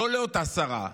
לא לאותה שרה,